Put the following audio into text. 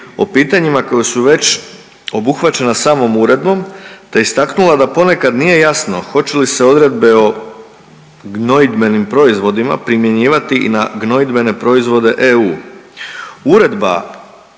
o pitanjima koja su već obuhvaćena samom uredbom, te istaknula da ponekad nije jasno hoće li se odredbe o gnojidbenim proizvodima primjenjivati i na gnojidbene proizvode EU. Uredba